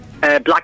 Black